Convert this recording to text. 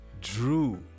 Drew